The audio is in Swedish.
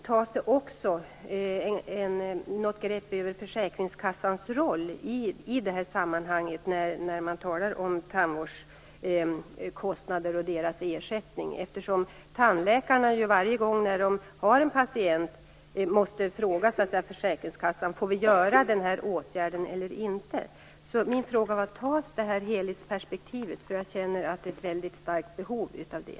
Tar man hänsyn till försäkringskassans roll när man talar om tandvårdskostnader och deras ersättning? Varje gång en tandläkare har en patient måste han fråga försäkringskassan om han får utföra en åtgärd eller inte. Min fråga blir: Har man det här helhetsperspektivet? Jag känner att det finns ett starkt behov av det.